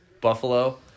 Buffalo